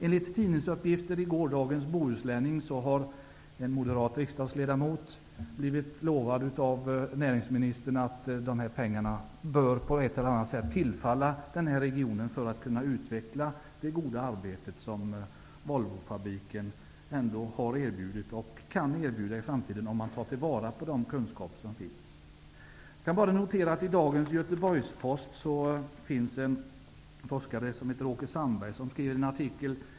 Enligt tidningsuppgifter i gårdagens Bohuslänning har en moderat riksdagsledamot blivit lovad av näringsministern att dessa pengar på ett eller annat sätt bör tillfalla denna region för att utveckla det goda arbete som Volvofabriken ändå har erbjudit och kan erbjuda i framtiden -- om de kunskaper som finns tas till vara. En forskare vid namn Åke Sandberg har i dagens Göteborgs-Posten skrivit en artikel.